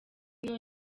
ino